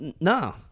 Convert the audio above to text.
No